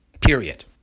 Period